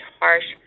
harsh